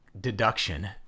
deduction